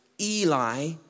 Eli